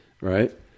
Right